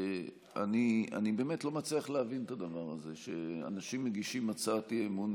שאני באמת לא מצליח להבין את הדבר הזה שאנשים מגישים הצעת אי-אמון,